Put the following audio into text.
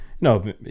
no